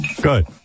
Good